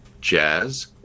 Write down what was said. Jazz